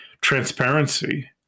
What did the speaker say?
transparency